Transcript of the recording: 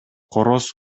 короз